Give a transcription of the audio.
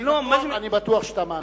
אני בטוח שאתה מאמין בזה.